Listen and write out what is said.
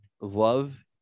love